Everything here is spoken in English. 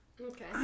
Okay